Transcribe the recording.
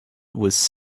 was